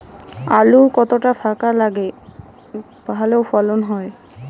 আলু কতটা ফাঁকা লাগে ভালো ফলন হয়?